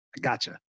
gotcha